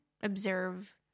observe